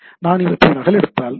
நான் இவற்றை நகலெடுத்தால் ஹெச்